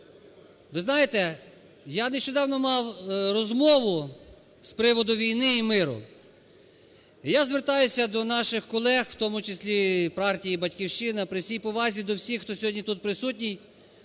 Ви знаєте, я нещодавно мав розмову з приводу війни і миру. І я звертаюсь до наших колег, в тому числі і партії "Батьківщина", при всій повазі до всіх, хто сьогодні тут присутній.